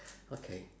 okay